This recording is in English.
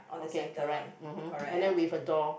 okay correct mmhmm and then with a door